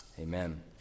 Amen